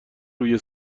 روی